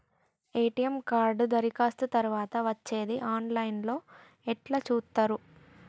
ATM card దరఖాస్తు తరువాత వచ్చేది ఆన్ లైన్ లో ఎట్ల చూత్తరు?